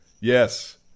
Yes